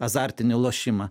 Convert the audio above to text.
azartinį lošimą